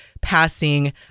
passing